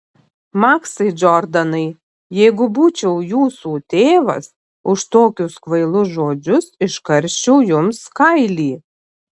maksai džordanai jeigu būčiau jūsų tėvas už tokius kvailus žodžius iškarščiau jums kailį